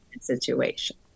situation